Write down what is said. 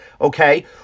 okay